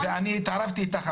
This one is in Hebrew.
ואני התערבתי איתך,